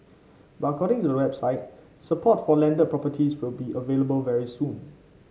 but according to the website support for landed properties will be available very soon